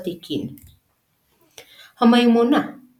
מברכים את המארח בברכת "תרבחו ותסעדו".